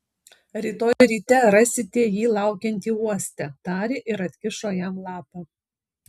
rytoj ryte rasite jį laukiantį uoste tarė ir atkišo jam lapą